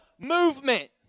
movement